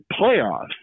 playoffs